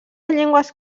llengües